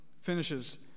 finishes